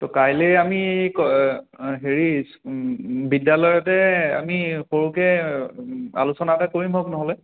ত' কাইলৈ আমি হেৰি ইচ বিদ্যালয়তে আমি সৰুকে আলোচনা এটা কৰিমহক নহলে